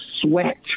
sweat